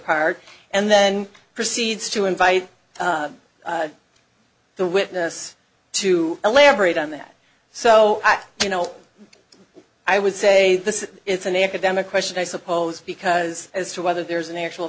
part and then proceeds to invite the witness to elaborate on that so you know i would say it's an academic question i suppose because as to whether there's an actual